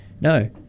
no